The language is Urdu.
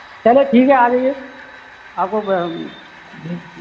چلو ٹھیک ہے آ جائیے آپ کو